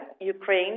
Ukraine